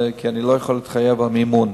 כי אני לא יכול להתחייב על מימון.